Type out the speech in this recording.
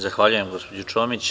Zahvaljujem gospođo Čomić.